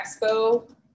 expo